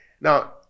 Now